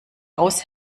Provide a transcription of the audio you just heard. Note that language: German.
aus